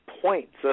points